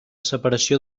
separació